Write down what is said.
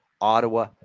ottawa